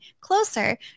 closer